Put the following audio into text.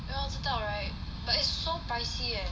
then 不知道 right but it's so pricy eh